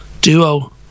duo